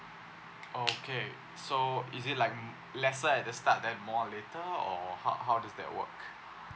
okay so is it like lesser at the start then more later or ho~ how does that work